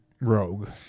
Rogue